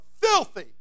filthy